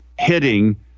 hitting